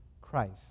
Christ